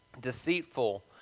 deceitful